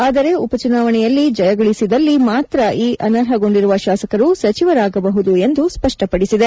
ಆದರೆ ಉಪಚುನಾವಣೆಯಲ್ಲಿ ಜಯಗಳಿಸಿದಲ್ಲಿ ಮಾತ್ರ ಈ ಅನರ್ಹಗೊಂಡಿರುವ ಶಾಸಕರು ಸಚಿವರಾಗಬಹುದು ಎಂದು ಸ್ಪಷ್ಟಪಡಿಸಿದೆ